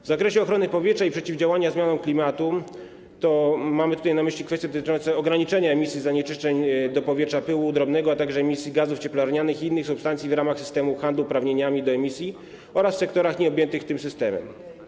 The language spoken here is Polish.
W zakresie ochrony powietrza i przeciwdziałania zmianom klimatu mamy tutaj na myśli działania dotyczące ograniczenia emisji zanieczyszczeń do powietrza, pyłu drobnego, a także emisji gazów cieplarnianych i innych substancji w ramach systemu handlu uprawnieniami do emisji oraz w sektorach nieobjętych tym systemem.